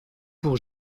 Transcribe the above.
pour